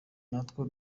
natwo